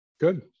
good